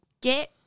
get